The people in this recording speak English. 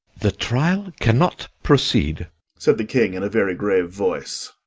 the trial cannot proceed said the king in a very grave voice,